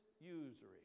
usury